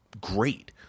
great